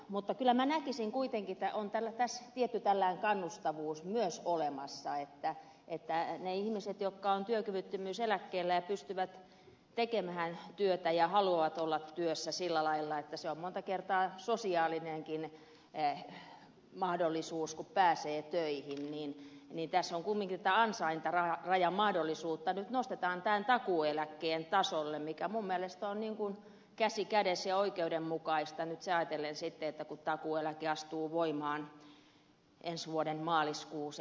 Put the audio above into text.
mutta kyllä minä näkisin kuitenkin että on tässä myös tietty tällainen kannustavuus olemassa niille ihmisille jotka ovat työkyvyttömyyseläkkeellä ja pystyvät tekemään työtä ja haluavat olla työssä sillä lailla se on monta kertaa sosiaalinenkin mahdollisuus kun pääsee töihin että tässä kumminkin tätä ansaintarajan mahdollisuutta nyt nostetaan tämän takuueläkkeen tasolle mikä minun mielestäni on käsi kädessä ja oikeudenmukaista ajatellen nyt sitten sitä kun takuueläke astuu voimaan ensi vuoden maaliskuussa